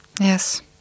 Yes